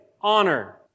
honor